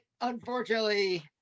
unfortunately